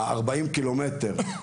40 הקילומטרים,